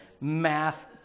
Math